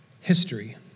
history